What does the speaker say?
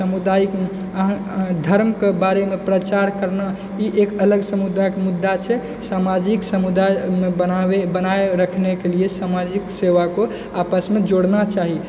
सामुदायिक अहाँ अहाँ धर्मके बारेमे प्रचार करना ई एक अलग सामुदायिक मुद्दा छै सामाजिक समुदाय बनाबय बनाय रखनेके लिये सामाजिक सेवा को आपसमे जोड़ना चाही